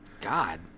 God